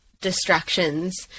distractions